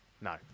no